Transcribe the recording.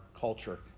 culture